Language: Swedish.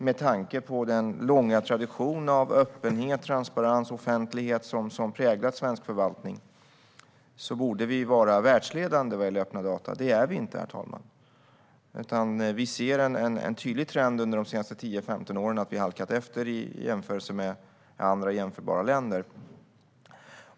Med tanke på den långa tradition av öppenhet, transparens och offentlighet som präglat svensk förvaltning borde vi vara världsledande vad gäller öppna data. Det är vi inte, herr talman. Vi ser en tydlig trend under de senaste 10-15 åren: Vi har halkat efter i jämförelse med andra jämförbara länder.